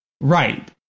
Right